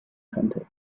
könnte